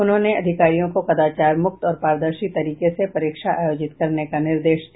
उन्होंने अधिकारियों को कदाचारमुक्त और पारदर्शी तरीके से परीक्षा आयोजित करने का निर्देश दिया